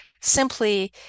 simply